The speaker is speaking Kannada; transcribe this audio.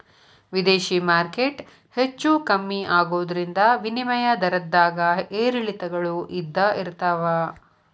ವಿದೇಶಿ ಮಾರ್ಕೆಟ್ ಹೆಚ್ಚೂ ಕಮ್ಮಿ ಆಗೋದ್ರಿಂದ ವಿನಿಮಯ ದರದ್ದಾಗ ಏರಿಳಿತಗಳು ಇದ್ದ ಇರ್ತಾವ